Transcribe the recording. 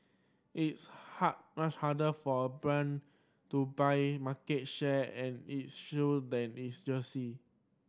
it's hard much harder for a brand to buy market share in its shoes than it's jersey